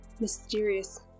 mysterious